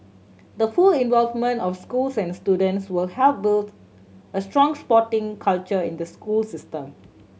the full involvement of schools and students will help build a strong sporting culture in the school system